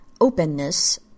openness